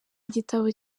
igitabo